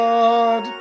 God